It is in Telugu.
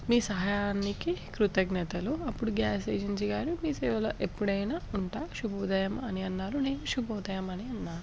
మీ సహాయానికి కృతజ్ఞతలు అప్పుడు గ్యాస్ ఏజెన్సీ గారు మీ సేవల ఎప్పుడైనా ఉంటా శుభోదయం అని అన్నారు నేను శుభోదయం అని అన్నాను